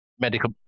medical